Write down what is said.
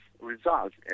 results